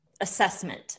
assessment